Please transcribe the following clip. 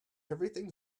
everything